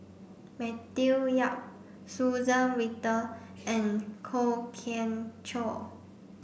Matthew Yap Suzann Victor and Kwok Kian Chow